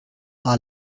our